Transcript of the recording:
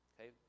Okay